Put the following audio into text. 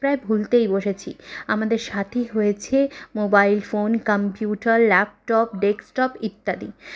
প্রায় ভুলতেই বসেছি আমাদের সাথী হয়েছে mobile phone computer laptop desktop ইত্যাদি